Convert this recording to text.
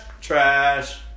Trash